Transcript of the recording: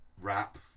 rap